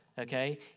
okay